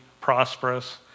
prosperous